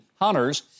hunters